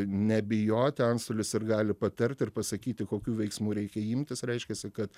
nebijoti antstolis ir gali patart ir pasakyti kokių veiksmų reikia imtis reiškiasi kad